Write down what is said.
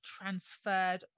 transferred